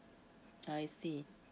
I see